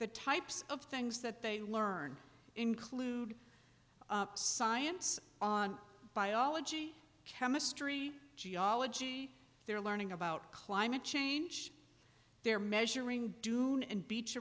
the types of things that they learn include science on biology chemistry geology they're learning about climate change they're measuring dune and beach